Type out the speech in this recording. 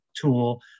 tool